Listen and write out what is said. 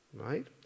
Right